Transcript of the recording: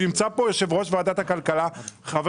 נמצא פה יושב-ראש ועדת הכלכלה חבר